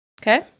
okay